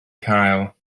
cael